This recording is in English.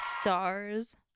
stars